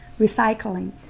recycling